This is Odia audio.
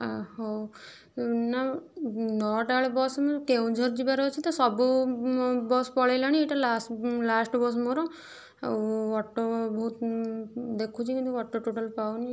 ହଉ ନା ନଅଟା ବେଳେ ବସ୍ କେଉଁଝର ଯିବାର ଅଛି ତ ସବୁ ବସ୍ ପଳେଇଲାଣି ଏଇଟା ଲାଷ୍ଟ ଲାଷ୍ଟ ବସ୍ ମୋର ଆଉ ଅଟୋ ବହୁତ ଦେଖୁଛି କିନ୍ତୁ ଅଟୋ ଟୋଟାଲ ପାଉନି